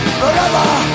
forever